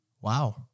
Wow